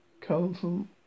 come